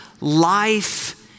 life